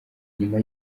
nyuma